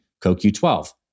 CoQ12